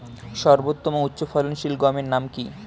সর্বতম উচ্চ ফলনশীল গমের নাম কি?